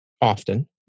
often